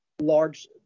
large